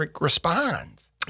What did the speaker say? responds